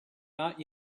not